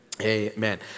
Amen